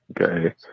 okay